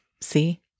see